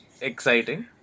exciting